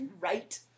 Right